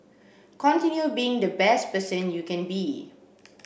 continue being the best person you can be